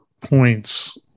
points